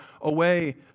away